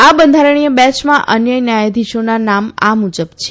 આ બંધારણી બેંચમાં અન્ય ન્યાયાધીશોના નામ આ મુજબ છે